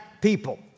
people